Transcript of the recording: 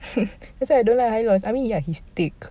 that's why I don't like hylos I mean ya he's thick